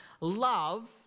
love